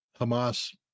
Hamas